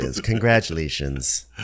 congratulations